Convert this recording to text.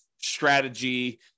strategy